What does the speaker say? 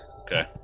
Okay